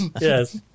Yes